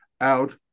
out